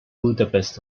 budapest